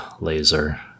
laser